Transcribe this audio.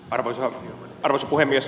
arvoisa puhemies